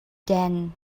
dan